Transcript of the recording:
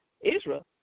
Israel